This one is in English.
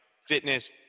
fitness